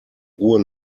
ruhe